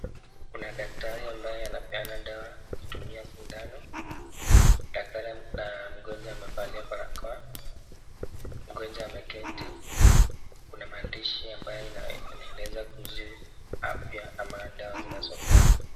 Kuna daktari ambaye anapeana dawa kutumia sindano, daktari na mgonjwa amevalia barakoa, mgonjwa ameketi, kuna maandishi ambaye inaeleza kuhusu afya ama dawa zinazopeanwa.